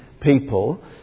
people